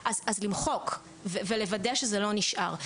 אז למחוק ולוודא שזה לא נשאר.